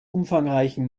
umfangreichen